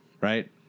Right